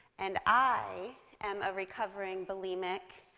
and i am a recovering bulimic,